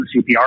CPR